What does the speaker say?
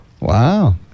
Wow